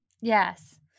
yes